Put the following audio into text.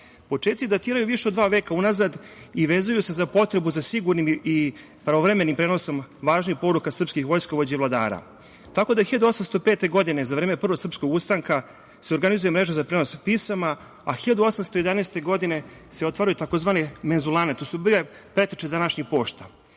Srbiji. Počeci datiraju više od dva veka unazad i vezuju se za potrebu za sigurnim i blagovremenim prenosom važnih poruka srpskih vojskovođa i vladara. Tako da je 1805. godine za vreme Prvog srpskog ustanka se organizuje mreža za prenos pisama, a 1811. godine se otvaraju takozvane mezulane, to su bile preteče današnjih